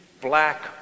black